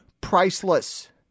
priceless